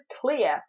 clear